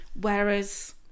Whereas